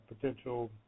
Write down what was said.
potential